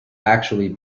actually